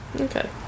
Okay